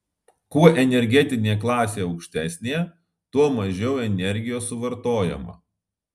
kuo energetinė klasė aukštesnė tuo mažiau energijos suvartojama